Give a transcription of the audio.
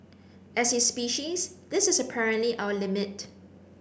as a species this is apparently our limit